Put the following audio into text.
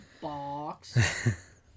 Box